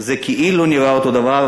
זה כאילו נראה אותו דבר,